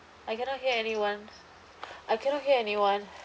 I cannot hear anyone I cannot hear anyone